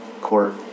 Court